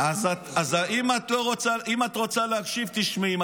אז אם את רוצה להקשיב, תשמעי.